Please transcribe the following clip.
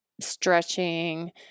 stretching